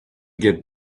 get